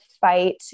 fight